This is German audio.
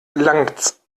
langts